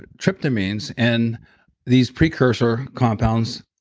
and tryptamines and these precursor compounds,